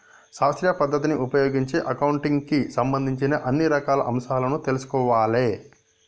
శాస్త్రీయ పద్ధతిని ఉపయోగించి అకౌంటింగ్ కి సంబంధించిన అన్ని అంశాలను తెల్సుకోవాలే